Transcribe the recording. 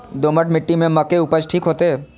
दोमट मिट्टी में मक्के उपज ठीक होते?